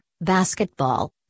basketball